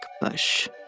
Bush